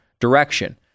direction